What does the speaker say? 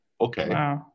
okay